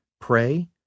pray